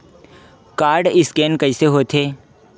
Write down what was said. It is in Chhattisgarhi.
कोर्ड स्कैन कइसे होथे?